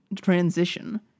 transition